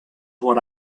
what